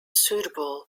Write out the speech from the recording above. suitable